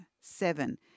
seven